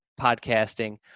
podcasting